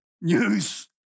news